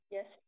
Yes